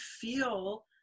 feel